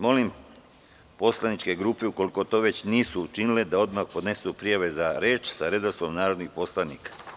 Molim poslaničke grupe, ukoliko to već nisu učinile, da odmah podnesu prijave za reč sa redosledom narodnih poslanika.